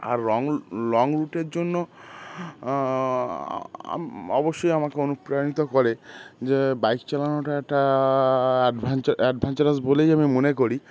আর long long রুটের জন্য অবশ্যই আমাকে অনুপ্রাণিত করে যে বাইক চালানোটা একটা অ্যাডভেঞ্চার অ্যাডভেঞ্চারাস বলেই আমি মনে করি